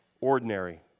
Ordinary